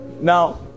Now